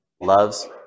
loves